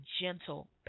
gentle